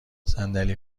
صندلی